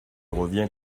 reviens